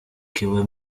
kiba